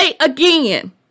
again